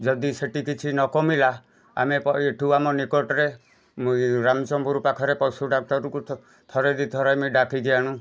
ଯଦି ସେଠି କିଛି ନ କମିଲା ଆମେ ଏଠୁ ଆମ ନିକଟରେ ରାମ ସମପୁର୍ ପାଖରେ ପଶୁ ଡାକ୍ତର କୁ ଥ ଥରେ ଦୁଇ ଥର ଆମେ ଡ଼ାକିକି ଆଣୁ